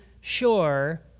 sure